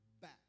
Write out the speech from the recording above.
back